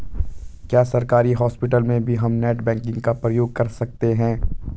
क्या सरकारी हॉस्पिटल में भी हम नेट बैंकिंग का प्रयोग कर सकते हैं?